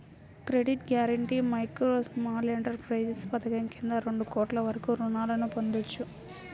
credit guarantee micro, small enterprises పథకం కింద రెండు కోట్ల వరకు రుణాలను పొందొచ్చు